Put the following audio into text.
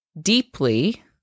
deeply